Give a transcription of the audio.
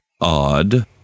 Odd